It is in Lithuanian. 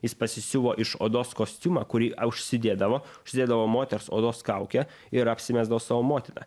jis pasisiuvo iš odos kostiumą kurį užsidėdavo užsidėdavo moters odos kaukę ir apsimesdavo savo motina